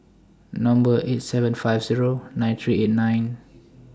Number eight seven five Zero nine three eight nine